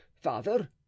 father